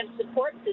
support